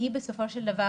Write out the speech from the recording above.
היא בסופו של דבר,